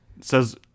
says